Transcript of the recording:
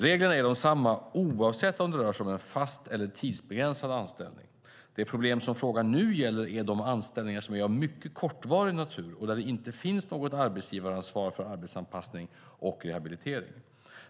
Reglerna är desamma oavsett om det rör sig om en fast eller en tidsbegränsad anställning. Det problem som frågan nu gäller är de anställningar som är av mycket kortvarig natur och där det inte finns något arbetsgivaransvar för arbetsanpassning och rehabilitering.